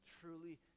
truly